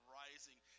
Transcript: rising